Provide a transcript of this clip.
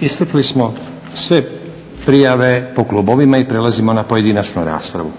Iscrpili smo sve prijave po klubovima i prelazimo na pojedinačnu raspravu.